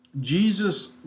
Jesus